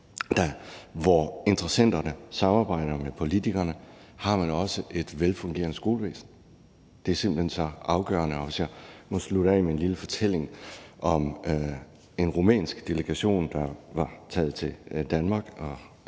hvor interessenterne samarbejder med politikerne, har man også et velfungerende skolevæsen. Det er simpelt hen så afgørende. Jeg kan måske slutte af med en lille fortælling om en rumænsk delegation, der var taget til Danmark.